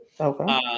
Okay